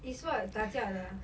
it's what 打架的 ah